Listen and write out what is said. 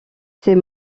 ces